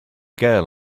girl